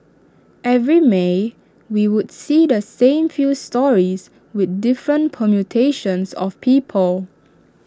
every may we would see the same few stories with different permutations of people